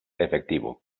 efectivo